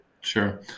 Sure